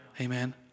Amen